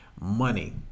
money